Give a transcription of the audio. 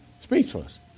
Speechless